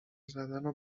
زدن